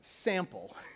sample